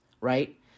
right